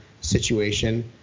situation